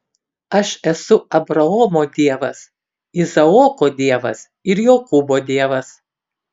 aš esu abraomo dievas izaoko dievas ir jokūbo dievas